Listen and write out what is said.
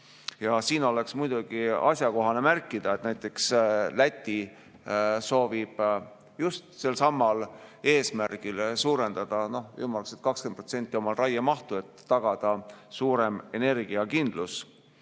Siin on muidugi asjakohane märkida, et näiteks Läti soovib just selsamal eesmärgil suurendada ümmarguselt 20% oma raiemahtu, et tagada suurem energiakindlus.